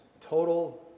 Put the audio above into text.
total